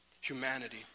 humanity